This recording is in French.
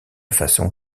façon